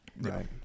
Right